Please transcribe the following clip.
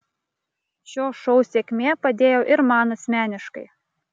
šio šou sėkmė padėjo ir man asmeniškai